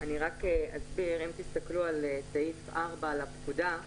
אם תסתכלו על סעיף 4 לפקודה,